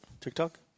TikTok